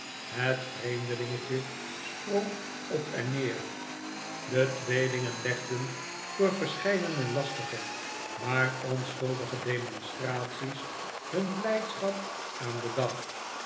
het vreemdelingetje sprong op en neer de tweelingen legden door verscheidene lastige maar onschuldige demonstraties hun blijdschap aan den dag